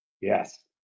Yes